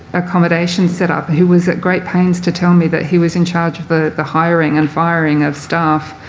accommodation set-up who was at great pains to tell me that he was in charge of the the hiring and firing of staff,